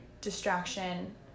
distraction